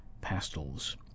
Pastels